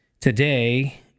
today